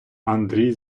андрій